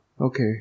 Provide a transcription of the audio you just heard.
Okay